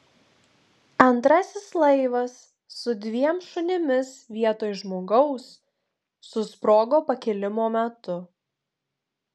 antrasis laivas su dviem šunimis vietoj žmogaus susprogo pakilimo metu